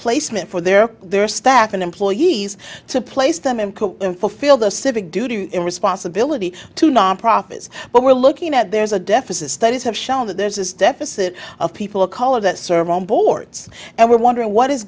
placement for their their stack and employees to place them and could fulfill their civic duty and responsibility to non profits but we're looking at there's a deficit studies have shown that there's this deficit of people of color that serve on boards and we wonder what is